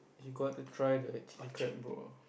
we got to try the chili crab bro